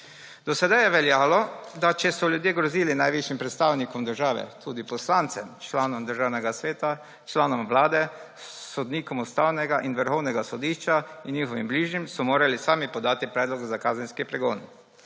Do sedaj je veljalo, da če so ljudje grozili najvišjim predstavnikom države, tudi poslancem, članom Državnega sveta, članom Vlade, sodnikom Ustavnega sodišča in Vrhovnega sodišča in njihovim bližnjim, so morali sami podati predlog za kazenski pregon,